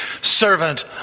servant